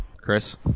chris